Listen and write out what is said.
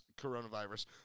coronavirus